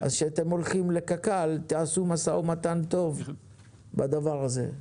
אז כשאתם הולכים לקק"ל תעשו משא ומתן טוב בדבר הזה.